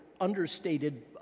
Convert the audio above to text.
understated